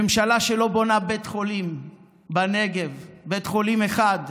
ממשלה שלא בונה בית חולים בנגב, בית חולים אחד.